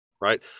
right